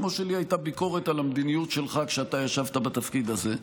כמו שלי הייתה ביקורת על המדיניות שלך כשאתה ישבת בתפקיד הזה.